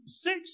six